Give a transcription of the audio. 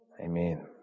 Amen